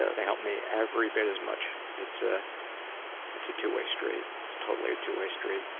they help me every bit as much. it's ah it's a two-way street. it's totally a two-way street.